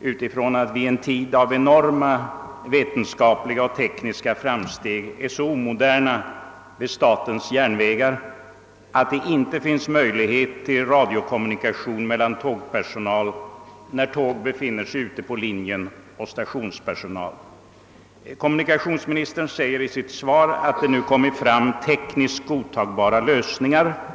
med anledning av att man i en tid av enorma vetenskapliga och tekniska framsteg är så omodern vid statens järnvägar att det inte finns någon radiokommunikation mellan tågpersonal och stationspersonal när tåg befinner sig ute på linjen. Kommunikationsministern anför i sitt svar att det nu kommit fram tekniskt godtagbara lösningar.